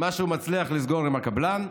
מה שהוא מצליח לסגור עם הקבלן.